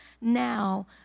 now